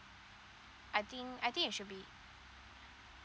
I think I think it should be